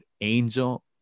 Angel